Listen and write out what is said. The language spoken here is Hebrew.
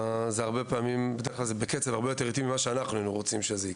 הרבה פעמים הדברים קורים בקצב איטי בהרבה ממה שהיינו רוצים.